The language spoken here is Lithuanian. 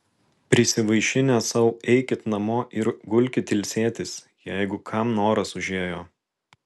prisivaišinę sau eikit namo ir gulkit ilsėtis jeigu kam noras užėjo